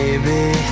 Baby